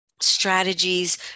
strategies